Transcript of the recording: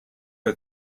are